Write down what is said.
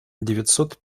девятьсот